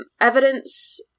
evidence